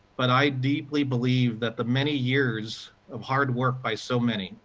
but i deeply believe that the many years of hard work, by so many,